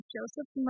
Joseph